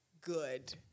good